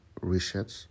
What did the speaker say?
research